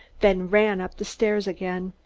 then ran up the stairs again.